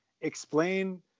explain